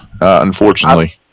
unfortunately